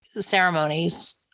ceremonies